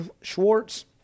Schwartz